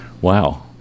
Wow